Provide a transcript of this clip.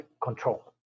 control